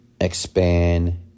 expand